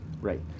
Right